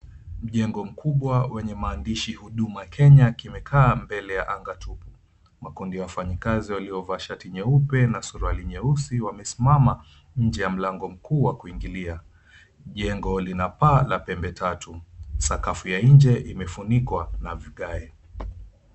Mjengo mkubwa wenye maandishi Huduma Kenya kimekaa mbele ya anga tupu. Makundi ya wafanyakazi waliovaa shati nyeupe na suruali nyeusi wamesimama nje ya mlango mkuu wa kuingilia. Jengo lina paa la pembe tatu. Sakafu ya nje imefunikwa na vigae.